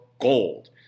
gold